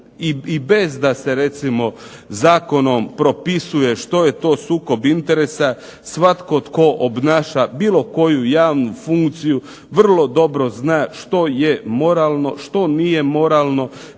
i bez da se recimo zakonom propisuje što je to sukob interesa, svatko tko obnaša bilo koju javnu funkciju vrlo dobro zna što je moralno, što nije moralno